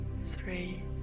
three